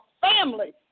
family